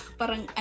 parang